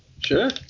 Sure